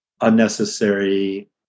unnecessary